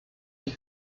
ich